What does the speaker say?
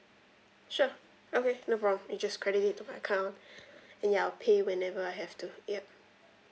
sure okay no problem you just credit it to my account and I'll pay whenever I have to ya